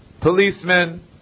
Policemen